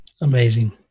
amazing